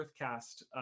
Earthcast